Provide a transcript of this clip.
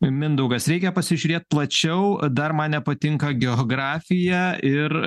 mindaugas reikia pasižiūrėt plačiau dar man nepatinka geografija ir